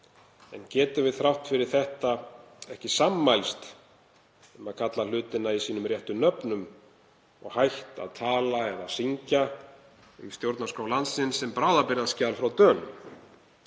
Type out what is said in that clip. En getum við þrátt fyrir þetta ekki sammælst um að kalla hlutina sínum réttu nöfnum og hætt að tala eða syngja um stjórnarskrá landsins sem bráðbirgðaskjal frá Dönum?“